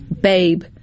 babe